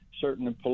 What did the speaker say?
Certain